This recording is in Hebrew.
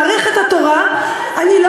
אני כבן-אדם שמעריך את התורה אני לא